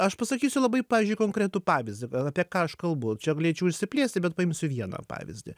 aš pasakysiu labai pavyzdžiui konkretų pavyzdį apie ką aš kalbu čia galėčiau išsiplėsti bet paimsiu vieną pavyzdį